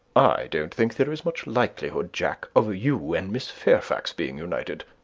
i don't think there is much likelihood, jack, of you and miss fairfax being united.